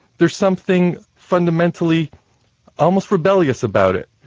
there's something fundamentally almost rebellious about it,